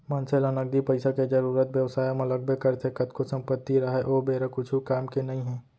मनसे ल नगदी पइसा के जरुरत बेवसाय म लगबे करथे कतको संपत्ति राहय ओ बेरा कुछु काम के नइ हे